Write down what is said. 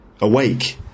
awake